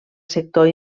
sector